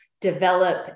develop